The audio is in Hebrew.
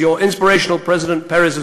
והשבוע הכבוד הזה נרמס ברגל גסה.